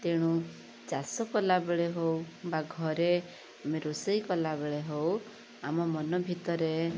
ତେଣୁ ଚାଷ କଲାବେଳେ ହଉ ବା ଘରେ ଆମେ ରୋଷେଇ କଲାବେଳେ ହଉ ଆମ ମନ ଭିତରେ